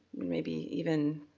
maybe even,